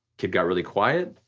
kid got really quiet.